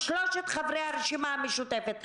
שלושת חברי הרשימה המשותפת,